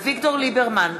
אביגדור ליברמן,